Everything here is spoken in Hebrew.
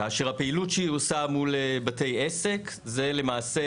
כאשר הפעילות שהיא עושה מול בתי עסק זה למעשה